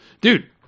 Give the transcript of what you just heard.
dude